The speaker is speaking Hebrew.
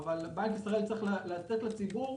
אבל בנק ישראל צריך להבהיר לציבור